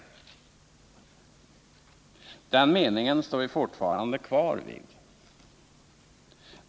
Den meningen står vi fortfarande kvar vid.